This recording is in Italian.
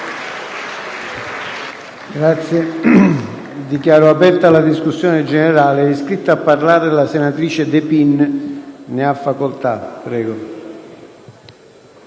Dichiaro aperta la discussione generale. È iscritta a parlare la senatrice De Pin. Ne ha facoltà. [DE